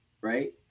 right